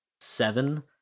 seven